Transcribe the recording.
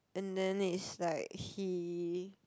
and then is like he